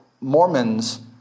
Mormons